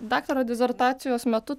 daktaro disertacijos metu